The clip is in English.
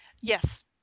Yes